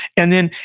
and then,